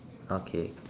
okay